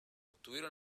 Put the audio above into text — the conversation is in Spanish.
tuvieron